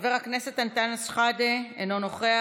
חבר הכנסת אנטאנס שחאדה, אינו נוכח.